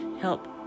help